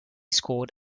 scored